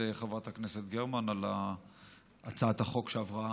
חברת הכנסת גרמן על הצעת החוק שעברה.